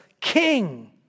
king